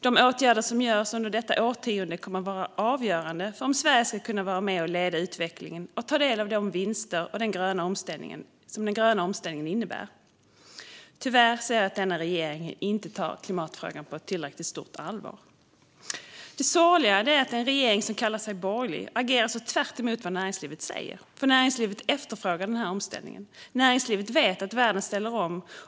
De åtgärder som görs under detta årtionde kommer att vara avgörande för om Sverige ska kunna vara med och leda utvecklingen och ta del av de vinster som den gröna omställningen innebär. Tyvärr anser jag att denna regering inte tar klimatfrågan på tillräckligt stort allvar. Det sorgliga är att en regering som kallar sig borgerlig agerar så tvärtemot vad näringslivet säger. För näringslivet efterfrågar den här omställningen, och näringslivet vet att världen ställer om.